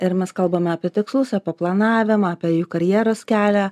ir mes kalbame apie tikslus apie planavimą apie jų karjeros kelią